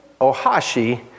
Ohashi